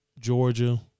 Georgia –